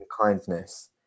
kindness